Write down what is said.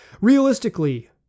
Realistically